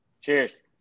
Cheers